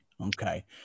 okay